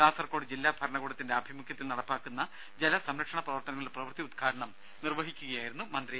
കാസർകോട് ജില്ലാ ഭരണകൂടത്തിന്റെ ആഭിമുഖ്യത്തിൽ നടപ്പാക്കുന്ന ജലസംരക്ഷണ പ്രവർത്തനങ്ങളുടെ പ്രവൃത്തി ഉദ്ഘാടനം നിർവഹിക്കുകയായിരുന്നു മന്ത്രി